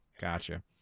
gotcha